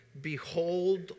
Behold